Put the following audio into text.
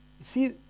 see